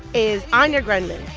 is anya grundmann.